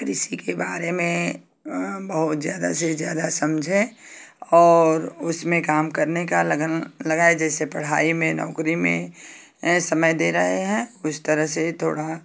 कृषि के बारे में बहुत ज़्यादा से ज़्यादा समझें और उसमें काम करने का लगन लगाएँ जैसे पढ़ाई में नौकरी में समय दे रहे हैं उस तरह से थोड़ा